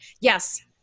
Yes